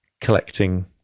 collecting